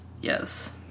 Yes